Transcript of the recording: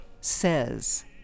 says